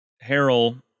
Harold